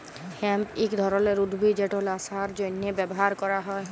hemp ইক ধরলের উদ্ভিদ যেট ল্যাশার জ্যনহে ব্যাভার ক্যরা হ্যয়